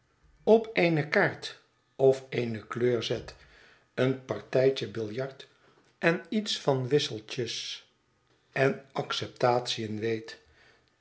op eene kaart of eene kleur zet een partijtje biljart en iets van wisselt es en acceptatiën weet